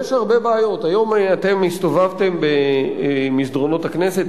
היום אתם הסתובבתם במסדרונות הכנסת,